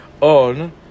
on